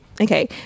Okay